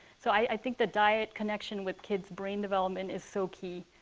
so i think the diet connection with kids' brain development is so key.